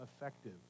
effective